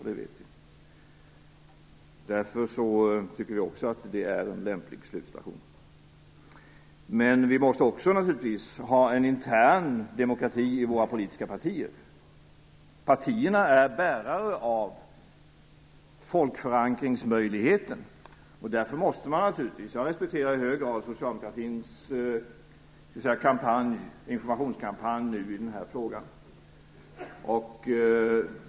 Det vet vi. Därför tycker Centern också att det är en lämplig slutstation. Men vi måste naturligtvis också ha en intern demokrati i våra politiska partier. Partierna står för folkförankringsmöjligheten. Jag respekterar i hög grad socialdemokratins informationskampanj nu i den här frågan.